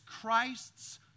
Christ's